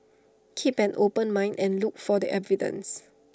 keep an open mind and look for the evidence